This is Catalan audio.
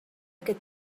aquest